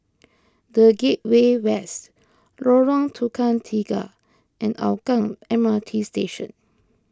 the Gateway West Lorong Tukang Tiga and Hougang M R T Station